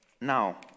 Now